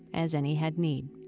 as any had need.